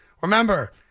Remember